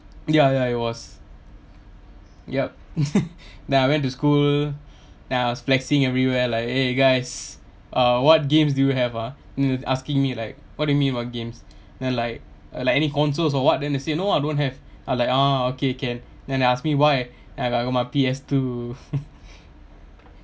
ya ya it was yup then I went to school then I was flexing everywhere like eh guys uh what games do you have ah they asking me like what do you mean about games then I like uh like any console or what then they say no ah don't have I like ah okay can then they ask me why I got got my P_S two